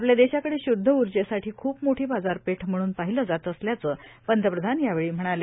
आपल्या देशाकडे श्द्ध उर्जेसाठी खूप मोठी बाजारपेठ म्हणून पाहिलं जात असल्याचं पंतप्रधान यावेळी म्हणाले